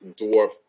Dwarf